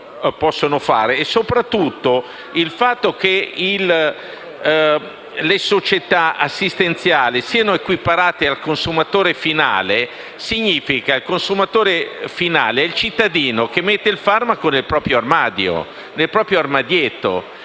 il fatto che dire che le società assistenziali sono equiparate al consumatore finale significa che il consumatore finale è il cittadino che mette il farmaco nel proprio armadietto